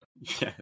Yes